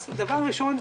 דבר ראשון,